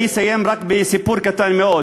אני אסיים רק בסיפור קטן מאוד.